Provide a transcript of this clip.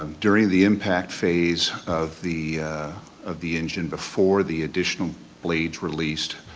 um during the impact phase of the of the engine, before the additional blades released,